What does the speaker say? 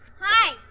Hi